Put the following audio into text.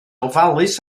ofalus